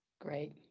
Great